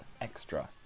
Extra